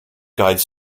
guides